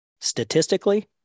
statistically